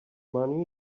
money